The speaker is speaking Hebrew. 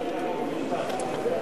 עובר לוועדת החוקה, חוק ומשפט.